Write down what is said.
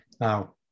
Now